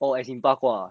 oh as in 八卦